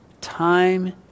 time